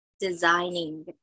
designing